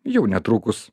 jau netrukus